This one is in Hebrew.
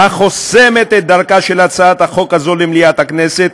החוסמת את דרכה של הצעת החוק הזאת למליאת הכנסת,